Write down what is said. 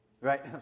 Right